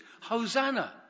Hosanna